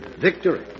Victory